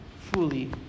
fully